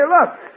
Look